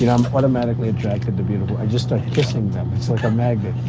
you know i'm automatically attracted to beautiful i just start kissing them. it's like um